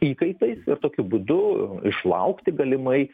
įkaitais ir tokiu būdu išlaukti galimai